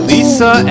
Lisa